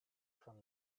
from